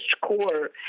core